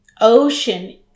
ocean